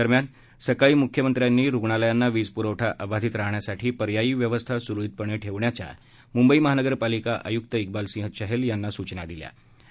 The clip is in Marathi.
दरम्यान सकाळी मुख्यमंत्र्यांनी रुग्णालयांना वीज प्रवठा अबाधित राहण्यासाठी पर्यायी व्यवस्था सुरळीतपणे ठेवण्याच्या मुंबई महानगरपालिका आयुक्त क्रिबाल सिंह चहल यांना सूचना दिल्या होत्या